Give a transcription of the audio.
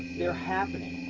they're happening!